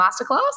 masterclass